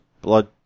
blood